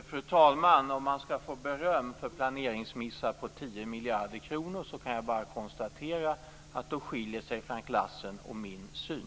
Fru talman! Om man skall få beröm för planeringsmissar på 10 miljarder kronor kan jag bara konstatera att Frank Lassens syn skiljer sig från min.